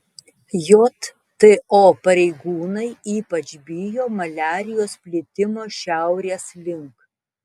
jto pareigūnai ypač bijo maliarijos plitimo šiaurės link